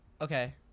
okay